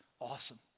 awesome